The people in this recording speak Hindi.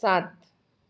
सात